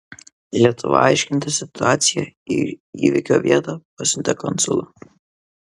lietuva aiškintis situaciją į įvykio vietą pasiuntė konsulą